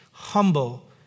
Humble